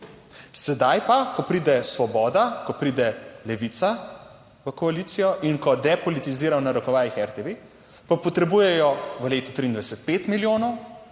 sedaj pa, ko pride Svoboda, ko pride Levica v koalicijo in ko "depolitizira", v narekovajih, RTV, pa potrebujejo v letu 2023 pet milijonov,